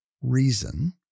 reason